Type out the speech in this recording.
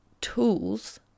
tools